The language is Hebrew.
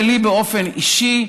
ולי באופן אישי,